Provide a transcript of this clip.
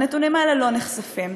והנתונים האלה לא נחשפים,